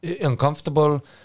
uncomfortable